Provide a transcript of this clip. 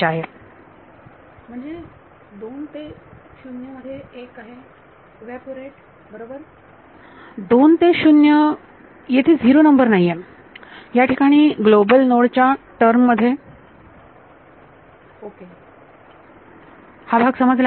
विद्यार्थी म्हणजे 2 ते 0 मध्ये एक आहे इव्हॅपोरेट बरोबर 2 ते 0 येथे 0 नंबर नाहीये याठिकाणी ग्लोबल नोड च्या टर्म मध्ये विद्यार्थी ओके हा भाग समजला का